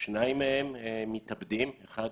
שניים מהם מתאבדים, אחד